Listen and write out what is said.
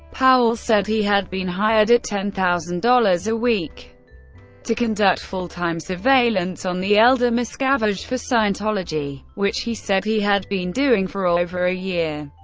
powell said he had been hired at ten thousand dollars a week to conduct full-time surveillance on the elder miscavige for scientology, which he said he had been doing for over a year.